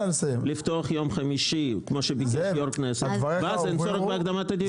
לפתוח ביום חמישי כמו ביקש יושב ראש הכנסת ואז אין צורך בהקדמת הדיון.